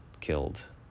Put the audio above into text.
killed